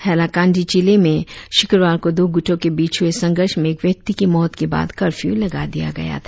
हैलाकांडी जिले में शुक्रवार को दो गुटों के बीच हुए संघर्ष में एक व्यक्ति की मौत के बाद कर्फ्यू लगा दिया गया था